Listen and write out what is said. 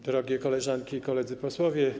Drogie Koleżanki i Koledzy Posłowie!